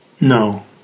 No